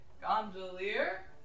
Gondolier